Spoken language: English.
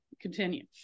continue